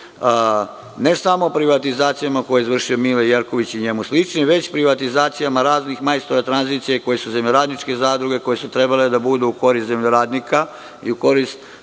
ne samo privatizacijama koje je izvršio Mile Jerković i njemu slični, već privatizacijama raznih majstora tranzicije koji su zemljoradničke zadruge, koje su trebale da budu u korist zemljoradnika i u korist